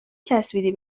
چسبیدی